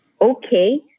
okay